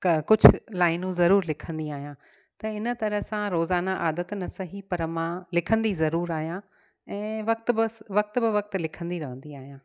क कुझु लाइनूं ज़रूरु लिखंदी आहियां त हिन तरह सां रोज़ाना आदति न सही पर मां लिखंदी ज़रूरु आहियां ऐं वक़्ति बसि वक़्ति बि वक़्ति लिखंदी रहंदी आहियां